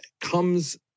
comes